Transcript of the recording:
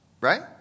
Right